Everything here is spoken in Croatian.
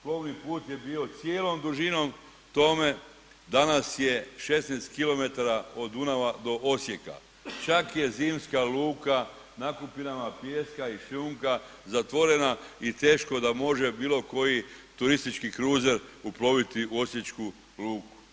Plovni put je bio cijelom dužinom tome, danas je 16 km od Dunava do Osijeka, čak je zimska luka nakupinama pijeska i šljunka zatvorena i teško da može bilo koji turistički kruzer uploviti u Osječku luku.